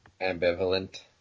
ambivalent